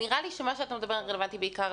נראה לי שמה שאתה מדבר רלוונטי בעיקר